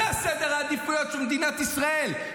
זה סדר העדיפויות של מדינת ישראל.